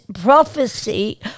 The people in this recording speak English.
prophecy